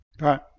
Right